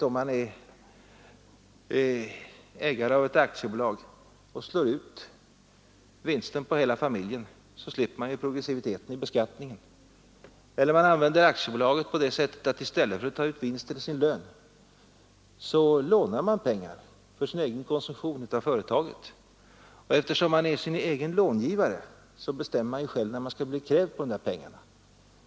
Om man är ägare av ett aktiebolag slår man helt enkelt ut vinsten på hela familjen, så slipper man progressiviteten i beskattningen, eller man använder aktiebolaget på det sättet att man i stället för att ta ut vinsten i sin lön lånar pengar av företaget för sin egen konsumtion, och eftersom man är sin egen långivare bestämmer man ju själv när man skall bli krävd på de där pengarna.